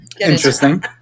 Interesting